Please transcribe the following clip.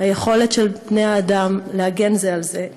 היכולת של בני-האדם להגן זה על זה.